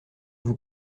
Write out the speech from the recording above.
vous